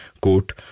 quote